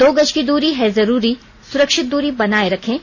दो गज की दूरी है जरूरी सुरक्षित दूरी बनाए रखें